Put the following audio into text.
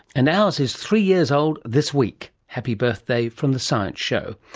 and ours is three years old this week. happy birthday from the science show.